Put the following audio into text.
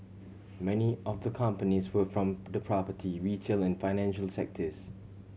many of the companies were from the property retail and financial sectors